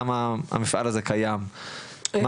למה המפעל הזה קיים,